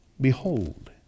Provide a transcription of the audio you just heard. behold